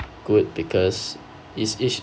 good because his actu~